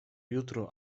jutro